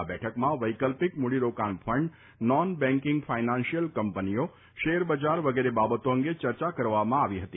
આ બેઠકમાં વૈકલ્પિક મૂડી રોકાણ ફંડ નોન બેકિંગ ફાઇનાન્શીયલ કંપનીઓ શેર બજાર વગેરે બાબતો અંગે ચર્ચા કરવામાં આવી હતી